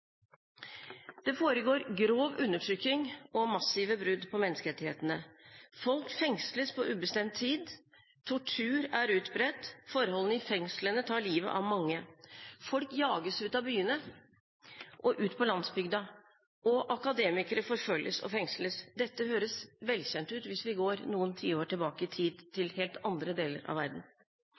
Det foregår grov undertrykking og massive brudd på menneskerettighetene. Folk fengsles på ubestemt tid. Tortur er utbredt. Forholdene i fengslene tar livet av mange. Folk jages ut av byene og ut på landsbygda. Akademikere forfølges og fengsles. Dette høres velkjent ut hvis vi går noen tiår tilbake i tid til helt andre deler av verden.